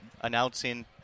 announcing